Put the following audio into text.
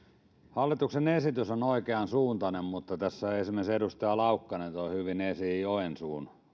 hallituksen esitys on oikeansuuntainen mutta esimerkiksi edustaja laukkanen toi tässä hyvin esiin joensuun